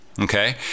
okay